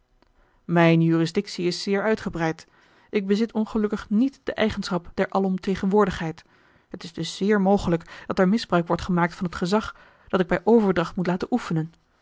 mijne jurisdictie is zeer uitgebreid ik bezit ongelukkig niet de eigenschappen der alomtegen woordigheid het is dus zeer mogelijk dat er misbruik wordt gemaakt van het gezag dat ik bij overdracht moet laten oefenen